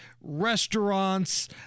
restaurants